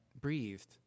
breathed